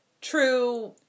true